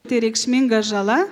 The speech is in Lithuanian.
tai reikšminga žala